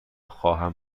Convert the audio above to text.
خواهم